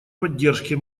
поддержке